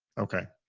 okay.